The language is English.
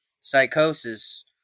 psychosis